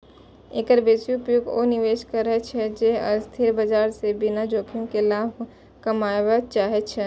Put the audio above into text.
एकर बेसी प्रयोग ओ निवेशक करै छै, जे अस्थिर बाजार सं बिना जोखिम के लाभ कमबय चाहै छै